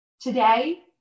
Today